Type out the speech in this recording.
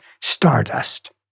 Stardust